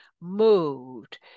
moved